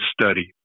study